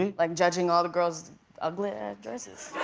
um like judging all the girls' ugly-ass dresses.